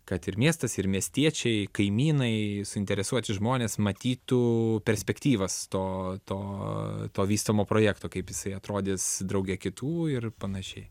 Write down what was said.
kad ir miestas ir miestiečiai kaimynai suinteresuoti žmonės matytų perspektyvas to to to vystomo projekto kaip jisai atrodys drauge kitų ir panašiai